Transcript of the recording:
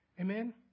Amen